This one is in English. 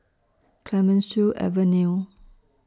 Clemenceau Avenue